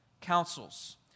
Counsels